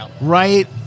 right